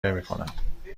نمیکنم